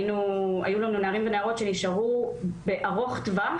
היו לנו נערים ונערות שנשארו בארוך טווח